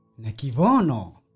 Nakivono